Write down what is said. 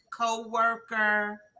co-worker